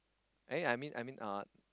eh I mean I mean uh